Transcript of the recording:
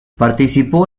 participó